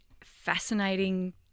fascinating